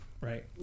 right